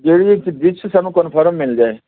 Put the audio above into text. ਜਿਹੜੀ ਵਿੱਚ ਜਿਹ 'ਚ ਸਾਨੂੰ ਕਨਫਰਮ ਮਿਲ ਜਾਵੇ